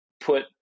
put